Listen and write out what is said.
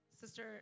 Sister